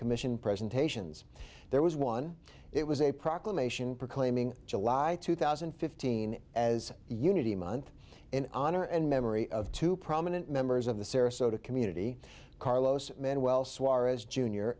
commission presentations there was one it was a proclamation proclaiming july two thousand and fifteen as unity month in honor and memory of two prominent members of the sarasota community carlos